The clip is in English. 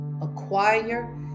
acquire